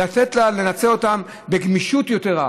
לתת לה לנצל אותם בגמישות יתרה,